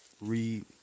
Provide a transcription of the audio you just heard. read